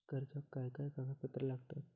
कर्जाक काय काय कागदपत्रा लागतत?